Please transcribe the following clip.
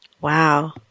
Wow